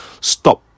stop